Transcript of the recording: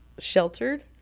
sheltered